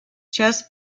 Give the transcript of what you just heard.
just